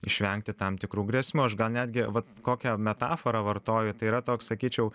išvengti tam tikrų grėsmių aš gal netgi vat kokią metaforą vartoju tai yra toks sakyčiau